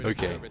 Okay